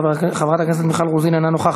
חברת הכנסת מיכל רוזין, אינה נוכחת.